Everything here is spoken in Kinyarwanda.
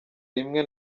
rimwe